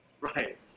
Right